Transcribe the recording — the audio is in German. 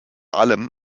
allem